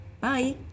Bye